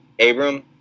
Abram